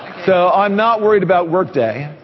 so i'm not worried about workday,